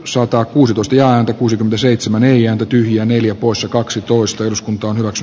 soittaa kuusi tuskiaan kuusikymmentäseitsemän ja tyhjä neljä poissa kaksitoista jos pohjois